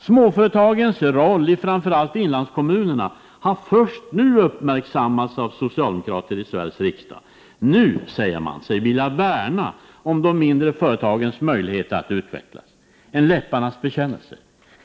— Småföretagens roll i framför allt inlandskommunerna har först nu uppmärksammats av socialdemokraterna i Sveriges riksdag. Nu säger de sig vilja värna om de mindre företagens möjligheter att utvecklas — en läpparnas bekännelse.